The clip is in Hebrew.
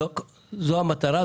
וזאת צריכה להיות מטרה,